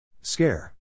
Scare